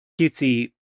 cutesy